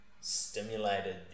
stimulated